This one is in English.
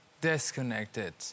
disconnected